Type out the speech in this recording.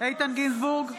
איתן גינזבורג,